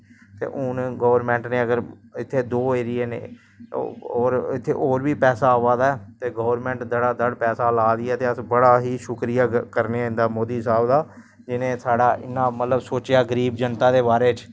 ते हून गौरमैंट ने अगर इत्थें दो एरिये न और इत्थें होर बी पैसा अवा दा ऐ ते गौरमैंट दड़ा दड़ पैसा ला दी ऐ ते अस बड़ा शुक्रिया करने आं मोदी साह्ब दा जिनें इन्ना मतलव साढ़ा सोचेआ गरीब जनता दे बारे च